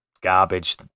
garbage